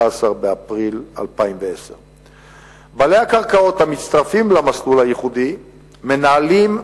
באפריל 2010. בעלי הקרקעות המצטרפים למסלול הייחודי מנהלים,